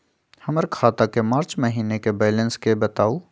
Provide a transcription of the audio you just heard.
हमर खाता के मार्च महीने के बैलेंस के बताऊ?